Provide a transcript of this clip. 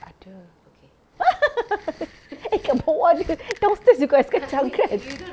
ada eh kat bawah ada downstairs you got ice kacang kan